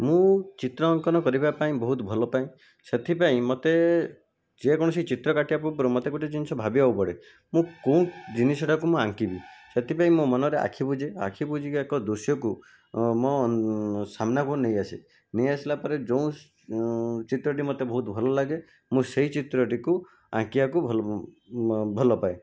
ମୁଁ ଚିତ୍ର ଅଙ୍କନ କରିବା ପାଇଁ ବହୁତ ଭଲପାଏ ସେଥିପାଇଁ ମୋତେ ଯେକୌଣସି ଚିତ୍ର କାଟିବା ପୂର୍ବରୁ ମୋତେ ଗୋଟିଏ ଜିନିଷ ଭାବିବାକୁ ପଡ଼େ ମୁଁ କେଉଁ ଜିନିଷଟାକୁ ମୁଁ ଆଙ୍କିବି ସେଥିପାଇଁ ମୋ ମନରେ ଆଖି ବୁଜେ ଆଖିବୁଜି ଏକ ଦୃଶ୍ୟକୁ ମୋ ସାମ୍ନାକୁ ନେଇଆସେ ନେଇଆସିଲା ପରେ ଯେଉଁ ଚିତ୍ରଟି ମୋତେ ବହୁତ ଭଲ ଲାଗେ ମୁଁ ସେଇ ଚିତ୍ରଟିକୁ ଅଙ୍କିବାକୁ ଭଲପାଏ